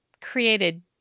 created